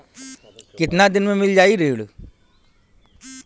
कितना दिन में मील जाई ऋण?